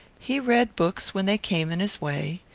he read books when they came in his way.